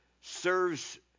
serves